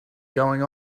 going